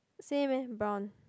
same eh brown